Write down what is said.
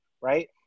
right